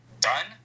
done